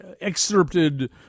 excerpted